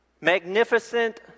magnificent